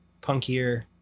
punkier